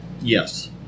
Yes